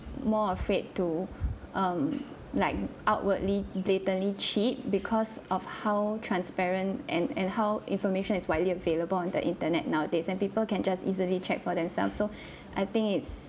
more afraid to um like outwardly blatantly cheat because of how transparent and and how information is widely available on the internet nowadays and people can just easily check for themselves so I think it's